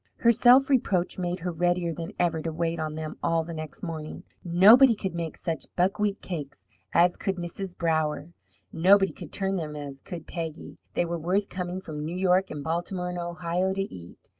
her self-reproach made her readier than ever to wait on them all the next morning. nobody could make such buckwheat cakes as could mrs. brower nobody could turn them as could peggy. they were worth coming from new york and baltimore and ohio to eat.